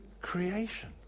creation